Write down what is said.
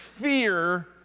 fear